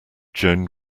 joan